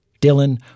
Dylan